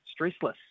stressless